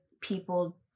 people